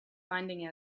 finding